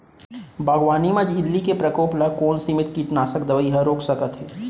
बागवानी म इल्ली के प्रकोप ल कोन सीमित कीटनाशक दवई ह रोक सकथे?